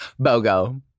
BOGO